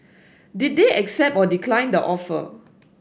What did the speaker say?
did they accept or decline the offer